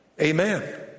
Amen